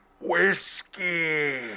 Whiskey